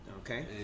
Okay